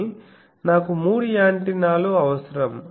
కానీ నాకు మూడు యాంటెన్నాలు అవసరం